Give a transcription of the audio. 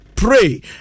Pray